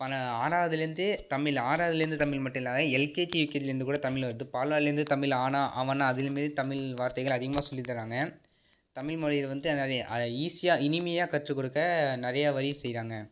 பண ஆறாவதுலேருந்தே தமிழ் ஆறாவதுலேருந்து தமிழ் மட்டும் இல்லாத எல்கேஜி யூகேஜிலேருந்து கூட தமிழ் வருது பால்வாடிலேருந்தே தமிழ் ஆனா ஆவன்னா அதிலுமே தமிழ் வார்த்தைகள் அதிகமாக சொல்லித் தராங்க தமிழ் மொழியில் வந்து அது ஈஸியாக இனிமையாக கற்றுக் கொடுக்க நிறைய வழி செய்கிறாங்க